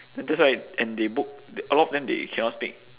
that's why and they book th~ a lot of them they cannot speak